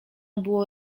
było